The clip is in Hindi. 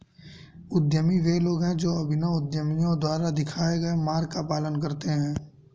उद्यमी वे लोग हैं जो अभिनव उद्यमियों द्वारा दिखाए गए मार्ग का पालन करते हैं